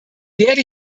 werde